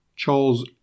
Charles